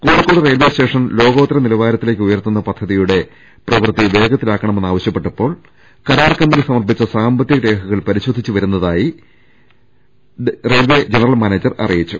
Kozhikode railway station ലോകോത്തര നിലവാരത്തി ലേക്കുയർത്തുന്ന പദ്ധതിയുടെ പ്രവൃത്തി വേഗത്തിലാക്കണമെന്നാ വശ്യപ്പെട്ടപ്പോൾ കരാർ കമ്പനി സമർപ്പിച്ച സാമ്പത്തിക രേഖകൾ പരിശോധിച്ചു വരുന്നതായും പ്രവൃത്തികൾ വൈകാതെ തുടങ്ങു മെന്നും റെയിൽവെ ജനറൽ മാനേജർ അറിയിച്ചു